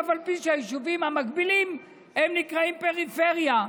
אף על פי שהיישובים המקבילים נקראים פריפריה.